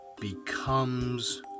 becomes